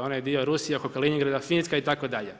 onaj dio Rusija oko Kalinjingrada, Finska itd.